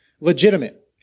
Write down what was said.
legitimate